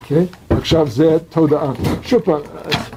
אוקיי? עכשיו זה התודעה. שוב פעם.